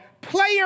player